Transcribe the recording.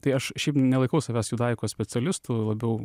tai aš šiaip nelaikau savęs judaikos specialistu labiau